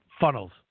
funnels